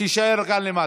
שיישאר כאן למטה.